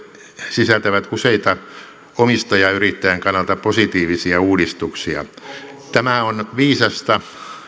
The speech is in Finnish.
sisältävät useita omistajayrittäjän kannalta positiivisia uudistuksia tämä on viisasta